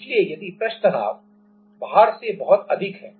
इसलिए यदि पृष्ठ तनाव भार से बहुत अधिक है